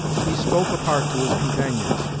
he spoke apart to his companions,